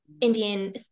indian